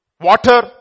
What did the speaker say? water